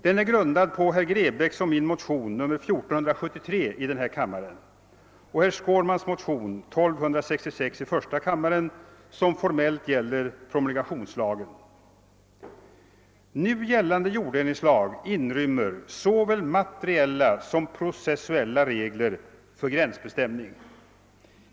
Den är grundad på min motion nr 1473 i denna kammare och herr Skårmans motion nr 1266 i första kammaren, som formellt gäller promulgationslagen. Nu gällande jorddelningslag inrymmer såväl materiella som processuella regler för gränsbestämning.